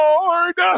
Lord